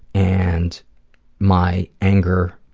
and my anger,